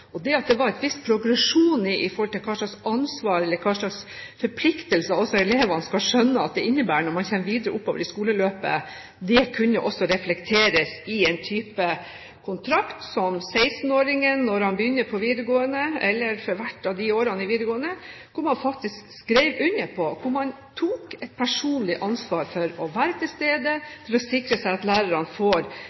Det at det er en viss progresjon i forhold til ansvar eller forpliktelser, og at elevene skal skjønne hva det innebærer når man kommer videre oppover i skoleløpet, kunne reflekteres i en type kontrakt som 16-åringen – når han begynner på videregående, eller for hvert av årene i videregående – skrev under på, hvor man tok et personlig ansvar for å være til stede for å sikre seg at lærerne får